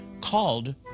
called